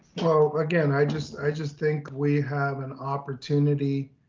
well again, i just i just think we have an opportunity.